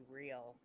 real